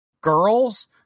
girls